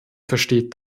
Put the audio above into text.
versteht